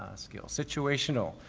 skill, situational,